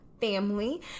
family